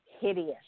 hideous